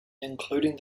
including